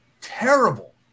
terrible